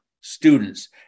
students